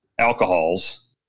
alcohols